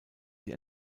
sie